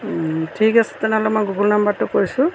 ঠিক আছে তেনেহ'লে মই গুগল নম্বৰটো কৈছোঁ